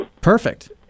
Perfect